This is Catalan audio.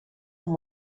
amb